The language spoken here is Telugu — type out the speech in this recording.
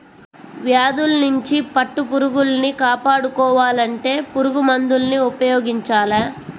వ్యాధుల్నించి పట్టుపురుగుల్ని కాపాడుకోవాలంటే పురుగుమందుల్ని ఉపయోగించాల